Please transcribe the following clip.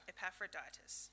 Epaphroditus